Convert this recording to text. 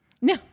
No